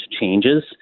changes